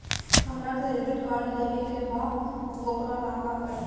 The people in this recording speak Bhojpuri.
हमरा क्रेडिट कार्ड लेवे के बा वोकरा ला का करी?